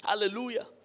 Hallelujah